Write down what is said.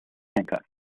handcuffs